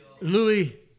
Louis